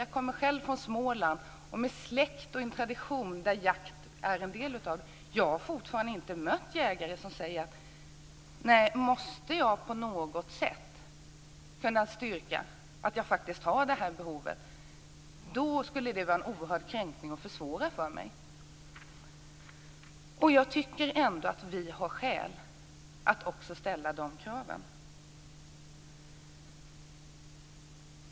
Jag kommer själv från Småland, där jag har släkt och en tradition som jakten är en del av, och jag har fortfarande inte mött någon jägare som sagt: Om jag på något sätt måste kunna styrka att jag faktiskt har detta behov så skulle det vara en oerhörd kränkning, och det skulle försvåra för mig. Jag tycker att vi har skäl att ställa dessa krav.